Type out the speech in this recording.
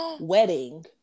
wedding